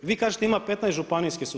Vi kažete ima 15 županijski sudova.